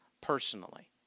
personally